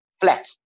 flat